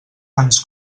ens